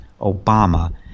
Obama